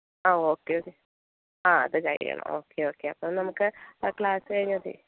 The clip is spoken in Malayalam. ആ ഓക്കെ ഓ ആ അത് കഴിയണം ഓക്കെ ഓക്കെ അപ്പം നമുക്ക് ക്ലാസ് കഴിഞ്ഞ് മതി